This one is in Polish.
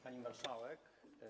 Pani Marszałek!